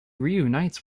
reunites